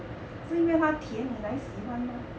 不应该它甜你来喜欢吗